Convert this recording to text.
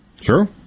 Sure